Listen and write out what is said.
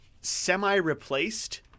semi-replaced